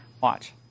watch